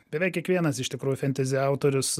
beveik kiekvienas iš tikrųjų fentezi autorius